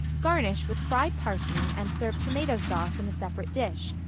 garnish with fried parsley and serve tomato-sauce in a separate dish,